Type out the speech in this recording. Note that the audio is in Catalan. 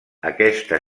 aquesta